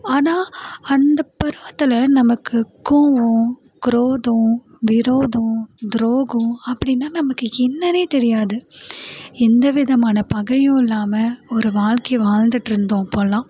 ஆனால் அந்த பருவத்தில் நமக்கு கோவம் குரோதம் விரோதம் துரோகம் அப்படின்னா நமக்கு என்னன்னே தெரியாது எந்த விதமான பகையும் இல்லாமல் ஒரு வாழ்கையை வாழ்ந்துட்டு இருந்தோம் அப்போலாம்